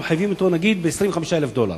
היו מחייבים אותו ב-25,000 דולר.